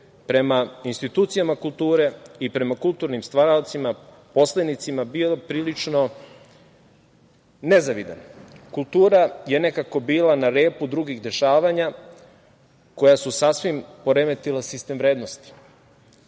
prema institucijama kulture i prema kulturnim stvaraocima, poslenicima bio prilično nezavidan. Kultura je nekako bila na repu drugih dešavanja koja su sasvim poremetila sistem vrednosti.